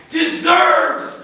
deserves